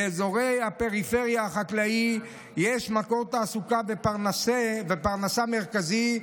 באזורי הפריפריה החקלאית יש מקור תעסוקה ופרנסה מרכזי,